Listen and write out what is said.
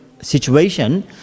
situation